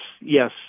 yes